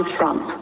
Trump